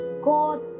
god